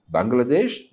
Bangladesh